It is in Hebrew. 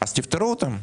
אז תפטרו אותם.